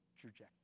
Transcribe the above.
trajectory